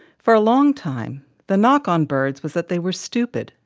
for a long time, the knock on birds was that they were stupid,